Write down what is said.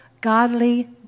godly